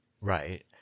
Right